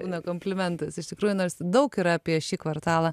būna komplimentas iš tikrųjų nors daug yra apie šį kvartalą